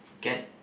get